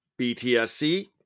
BTSC